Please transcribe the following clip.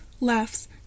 laughs